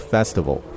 Festival